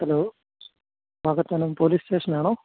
hello Vakathanam police station ആണോ